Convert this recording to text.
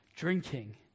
Drinking